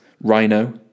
rhino